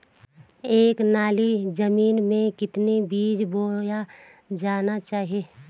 एक नाली जमीन में कितना बीज बोया जाना चाहिए?